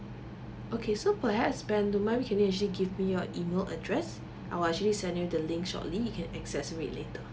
okay so perhaps ben don't mind can you actually give me your email address I'll actually send you the link shortly your can access later